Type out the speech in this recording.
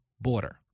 border